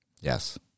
Yes